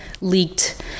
leaked